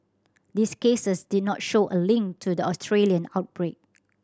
these cases did not show a link to the Australian outbreak